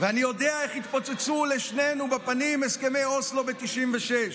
ואני יודע איך התפוצצו לשנינו בפנים הסכמי אוסלו ב-1996,